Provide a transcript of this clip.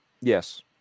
yes